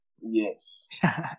Yes